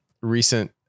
recent